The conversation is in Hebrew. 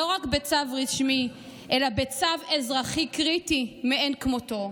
לא רק בצו רשמי אלא בצו אזרחי קריטי מאין כמותו,